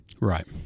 Right